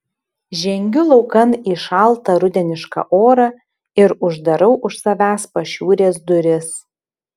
žengiu laukan į šaltą rudenišką orą ir uždarau už savęs pašiūrės duris